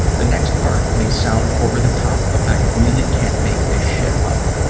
the next part may sound over-the-top, but i really can't make this shit up.